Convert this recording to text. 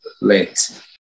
late